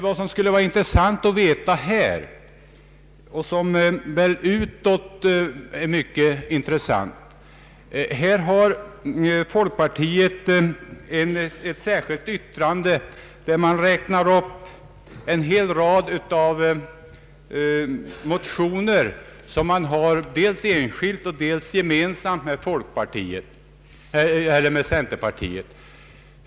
Vad som skulle vara intressant att veta här och som väl utåt är mycket intressant är att folkpartiet avgivit ett särskilt yttrande till utskottsutlåtandet, där man räknat upp en hel rad motioner som folkpartiet avgivit dels enskilt, dels gemensamt med centerpartiet.